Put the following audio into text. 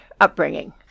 upbringing